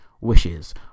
wishes